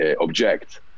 object